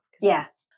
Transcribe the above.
Yes